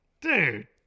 Dude